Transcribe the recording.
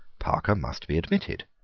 parker must be admitted.